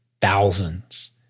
Thousands